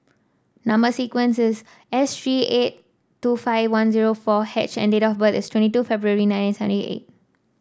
number sequence is S three eight two five one zero four H and date of birth is twenty two February nineteen seventy eight